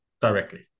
directly